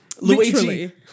Luigi